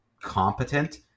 competent